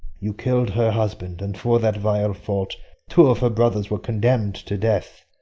you kill'd her husband and for that vile fault two of her brothers were condemn'd to death,